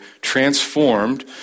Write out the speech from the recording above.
transformed